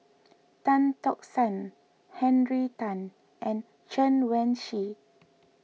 Tan Tock San Henry Tan and Chen Wen Hsi